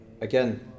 again